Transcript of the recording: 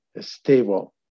stable